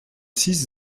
six